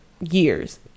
years